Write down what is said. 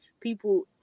people